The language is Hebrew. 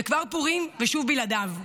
וכבר פורים, ושוב בלעדיו.